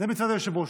זה מצד היושב-ראש.